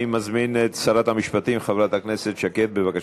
אני מזמין את שרת המשפטים חברת הכנסת שקד, בבקשה.